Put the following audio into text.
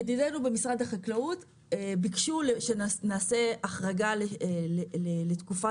ידידינו במשרד החקלאות ביקשו שנעשה החרגה לתקופה